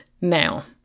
Now